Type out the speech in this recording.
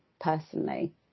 personally